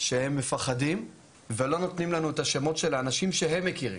שהם מפחדים ולא נותנים לנו את השמות של האנשים שהם מכירים.